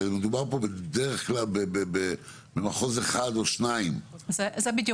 הרי מדובר פה בדרך כלל במחוז אחד או שניים כרגע,